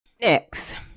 Next